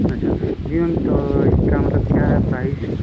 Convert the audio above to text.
अच्छा नहीं मैम तो इसका मतलब क्या है प्राइस